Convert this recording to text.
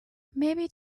maybe